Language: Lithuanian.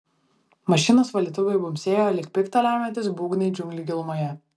mašinos valytuvai bumbsėjo lyg pikta lemiantys būgnai džiunglių gilumoje